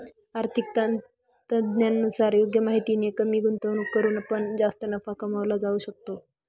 आर्थिक तज्ञांनुसार योग्य माहितीने कमी गुंतवणूक करून पण जास्त नफा कमवला जाऊ शकतो